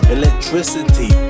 electricity